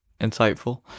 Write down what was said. insightful